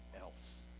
else